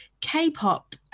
K-pop